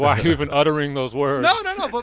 why are you even uttering those words? no, no, no, but